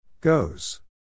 Goes